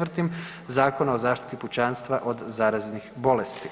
4. Zakona o zaštiti pučanstva od zaraznih bolesti.